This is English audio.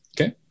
Okay